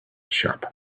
shop